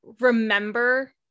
remember